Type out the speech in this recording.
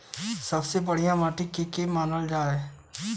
सबसे बढ़िया माटी के के मानल जा?